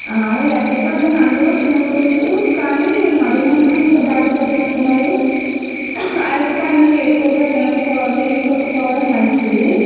ఈ అరటిపండ్లను అందరూ తినవచ్చు కానీ మధుమేహంతో బాధ పడుతున్న వారు అరటిపండ్లను ఎక్కువగా తినకపోవ తీసుకోకపోవడం మంచిది